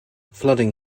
flooding